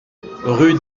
rue